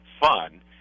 fun